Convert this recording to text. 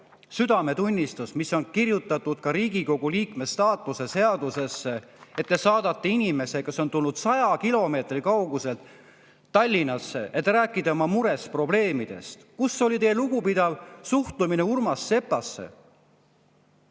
südametunnistus, mis on sisse kirjutatud ka Riigikogu liikme staatuse seadusesse, kui te saatsite ära inimese, kes oli tulnud 100 kilomeetri kauguselt Tallinnasse, et rääkida oma murest ja probleemidest? Kus oli teie lugupidav suhtumine Urmas Sepasse?